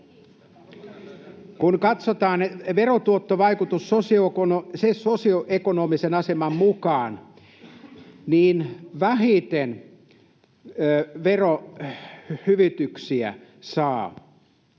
Kun katsotaan verotuottovaikutus sosioekonomisen aseman mukaan, niin vähiten verohyvityksiä saa